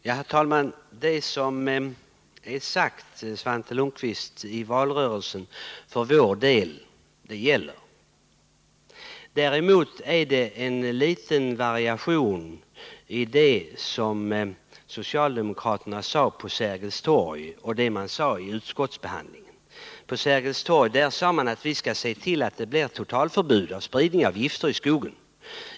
Herr talman! Det som är sagt i valrörelsen, Svante Lundkvist, det gäller för vår del. Däremot finns en liten variation i det som socialdemokraterna sade på Sergels torg och det de sade i utskottsbehandlingen. På Sergels torg sade man att vi skall se till att det blir totalförbud för spridning av gifter i skogen.